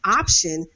option